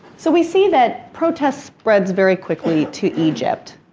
so we see that protest spreads very quickly to egypt,